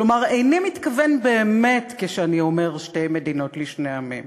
כלומר איני מתכוון באמת כשאני אומר "שתי מדינות לשני עמים",